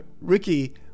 Ricky